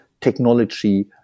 technology